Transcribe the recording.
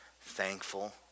thankful